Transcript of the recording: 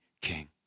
king